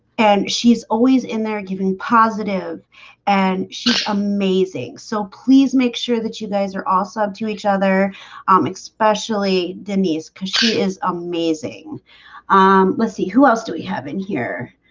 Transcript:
and she's always in there giving positive and she's amazing so, please make sure that you guys are also up to each other um especially denise because she is amazing let's see. who else do we have in here?